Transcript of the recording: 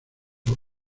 los